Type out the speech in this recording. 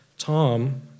Tom